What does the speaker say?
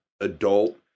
adult